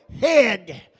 head